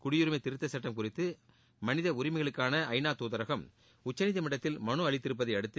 குடியுரிமை திருத்தச் சுட்டம் குறித்து மனித உரிமைகளுக்கான ஐ நா தூதரகம் உச்சநீதிமன்றத்தில் மனு அளித்திருப்பதை அடுத்து